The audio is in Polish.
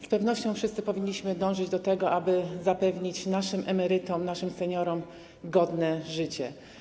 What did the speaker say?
Z pewnością wszyscy powinniśmy dążyć do tego, aby zapewnić naszym emerytom, naszym seniorom godne życie.